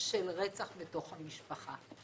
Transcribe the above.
של רצח בתוך המשפחה.